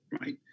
right